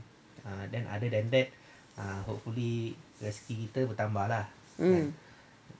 mm